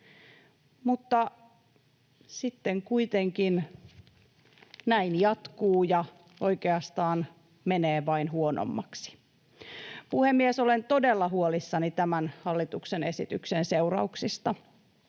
mutta sitten kuitenkin näin jatkuu ja oikeastaan menee vain huonommaksi. Puhemies! Olen todella huolissani tämän hallituksen esityksen seurauksista.